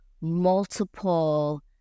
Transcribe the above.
multiple